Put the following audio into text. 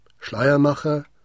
Schleiermacher